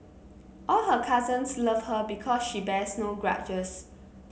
all her cousins love her because she bears no grudges